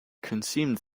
consumed